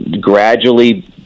gradually